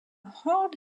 hard